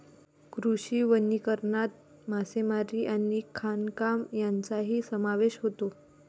कृषी वनीकरणात मासेमारी आणि खाणकाम यांचाही समावेश होतो